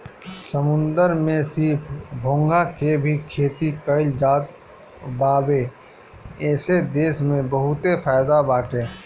समुंदर में सीप, घोंघा के भी खेती कईल जात बावे एसे देश के बहुते फायदा बाटे